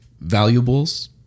valuables